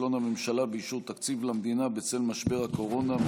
כישלון הממשלה באישור תקציב למדינה בצל משבר הקורונה,